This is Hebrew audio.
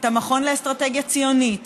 את המכון לאסטרטגיה ציונית,